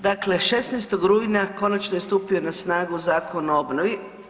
Dakle, 16. rujna konačno je stupio na snagu Zakon o obnovi.